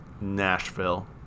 Nashville